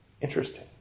Interesting